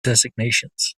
designations